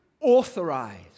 authorized